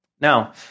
Now